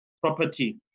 property